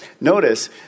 notice